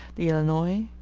the illinois,